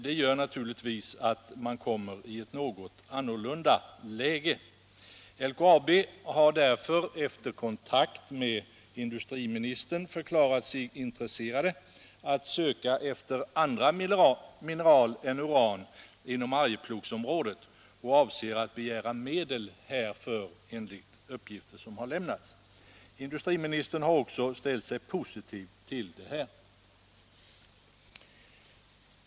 Det gör att man kommer i ett annat läge. LKAB har efter kontakt med industriministern förklarat sig intresserat att söka efter andra mineral än uran inom Arjeplogsområdet och avser enligt uppgifter som har lämnats att begära medel härför. Industriministern har också ställt sig positiv till detta.